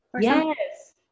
Yes